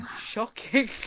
shocking